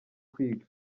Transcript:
kwiga